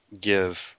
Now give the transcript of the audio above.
give